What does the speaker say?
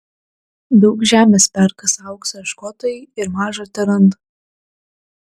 daug žemės perkasa aukso ieškotojai ir maža teranda